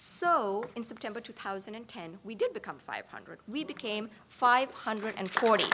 so in september two thousand and ten we did become five hundred we became five hundred and forty